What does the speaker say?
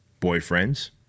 boyfriends